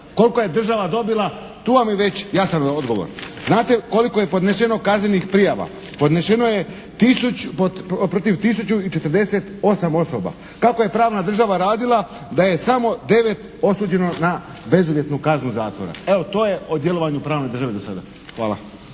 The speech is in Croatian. Koliko je država dobila tu vam je već jasan odgovor. Znate koliko je podneseno kaznenih prijava? Podnešeno je protiv 1048 osoba. Kako je pravna država radila da je samo 9 osuđeno na bezuvjetnu kaznu zatvora. Evo, to je o djelovanju pravne države do sada. Hvala.